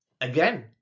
Again